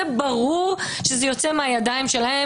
זה ברור שזה יוצא מהידיים שלהם,